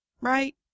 Right